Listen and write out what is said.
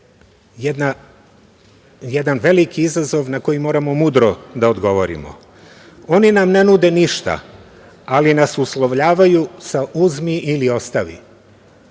jedan veliki izazov na koji moramo mudro da odgovorimo. Oni nam ne nude ništa, ali nas uslovljavaju sa – uzmi ili ostavi.